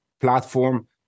platform